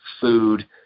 food